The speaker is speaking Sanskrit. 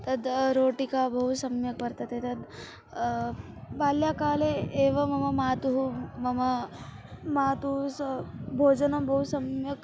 तद् रोटिका बहु सम्यक् वर्तते तद् बाल्यकाले एव मम मातुः मम मातुः स भोजनं बहु सम्यक्